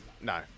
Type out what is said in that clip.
no